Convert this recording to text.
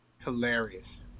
Hilarious